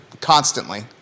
constantly